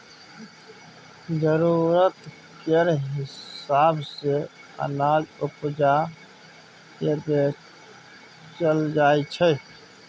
जरुरत केर हिसाब सँ अनाज उपजा केँ बेचल जाइ छै